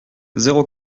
zéro